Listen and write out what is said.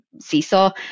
seesaw